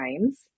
times